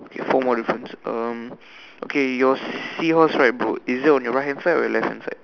ya four more difference um okay your seahorse right bro is it on your right hand side or your left hand side